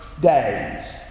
days